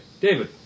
David